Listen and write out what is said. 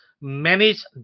manage